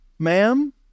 Ma'am